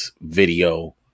video